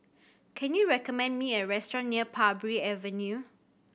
can you recommend me a restaurant near Parbury Avenue